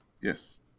Yes